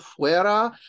fuera